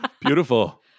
Beautiful